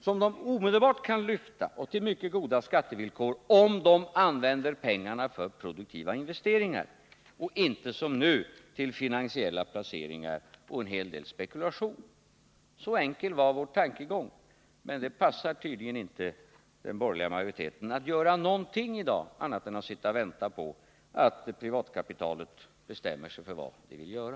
Företagen skulle omedelbart kunna lyfta medlen — och med goda skattevillkor — om de använde pengarna till produktiva investeringar och inte som nu till finansiella placeringar och en hel del spekulation. Så enkel var vår tankegång. Men det passar tydligen inte den borgerliga majoriteten att göra någonting i dag annat än att vänta på att privatkapitalet bestämmer sig för vad det vill göra.